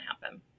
happen